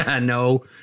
No